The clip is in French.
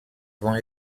vent